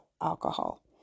alcohol